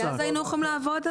כי אז היינו יכולים לעבוד על זה.